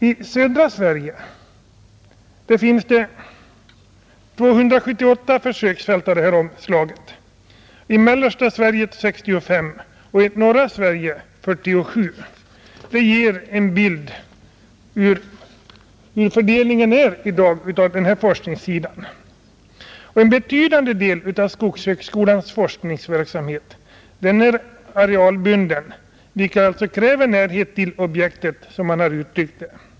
I södra Sverige finns 278 försöksfält av detta slag, i mellersta Sverige 65 och i norra Sverige 47. Det ger en bild av hur fördelningen är i dag på detta forskningsområde, En betydande del av skogshögskolans forskningsverksamhet är arealbunden, vilket kräver, som det har uttryckts, närhet till objektet.